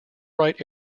wright